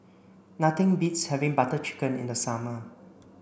nothing beats having Butter Chicken in the summer